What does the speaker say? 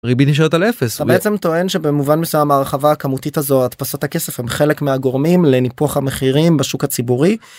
ריבית נשארת על אפס אתה בעצם טוען שבמובן מסוים ההרחבה הכמותית הזאת הדפסת הכסף הם חלק מהגורמים לנפוח המחירים בשוק הציבורי.